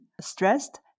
Stressed